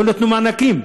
לא נתנו מענקים.